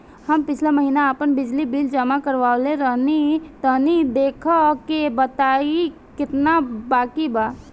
हम पिछला महीना आपन बिजली बिल जमा करवले रनि तनि देखऽ के बताईं केतना बाकि बा?